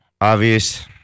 obvious